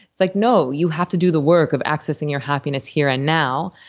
it's like, no. you have to do the work of accessing your happiness here and now,